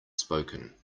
spoken